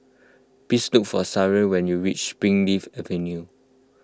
please look for Sharla when you reach Springleaf Avenue